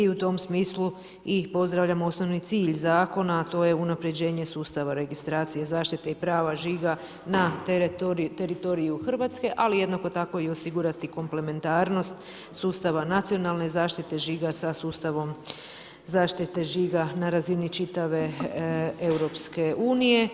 I u tom smislu i pozdravljam osnovni cilj zakona, a to je unapređenje sustava registracije zaštite i prava žiga na teritoriju Hrvatske, ali jednako tako osigurati komplementarnost sustava nacionalne zaštite žiga sa sustavom zaštite žiga na razini čitave Europske unije.